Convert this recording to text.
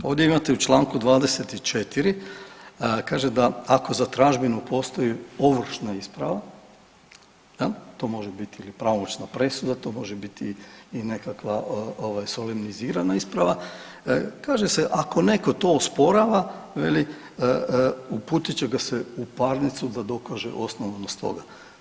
Ovdje imate u Članku 24. kaže da ako za tražbinu postoji ovršna isprava jel to može biti ili pravomoćna presuda, to može biti i nekakva ovaj solemnizirana isprava, kaže se ako netko to osporava veli uputit će ga se u parnicu da dokaže osnovnost toga.